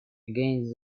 against